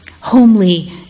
homely